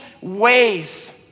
ways